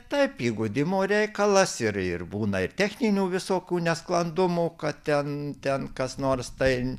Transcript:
taip įgudimo reikalas ir ir būna ir techninių visokių nesklandumų kad ten ten kas nors tai